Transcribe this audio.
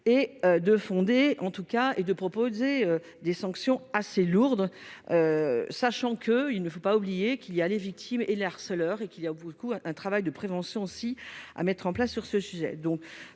et de proposer des sanctions assez lourde, sachant que il ne faut pas oublier qu'il y a les victimes et le harceleur et qu'il y a beaucoup à un travail de prévention aussi à mettre en place sur ce sujet,